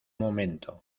momento